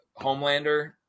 homelander